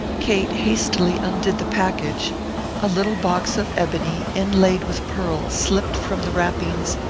kate hastily undid the package a little box of ebony inlaid with pearl slipped from the wrappings,